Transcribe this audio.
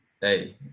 hey